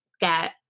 get